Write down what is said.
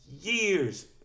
years